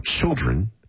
children